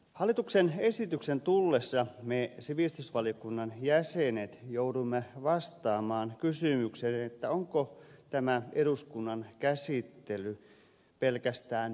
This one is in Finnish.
hallituksen esityksen tullessa me sivistysvaliokunnan jäsenet jouduimme vastaamaan kysymykseen onko tämä eduskunnan käsittely pelkästään teatteria